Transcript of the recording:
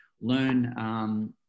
learn